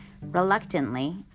Reluctantly